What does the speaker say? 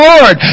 Lord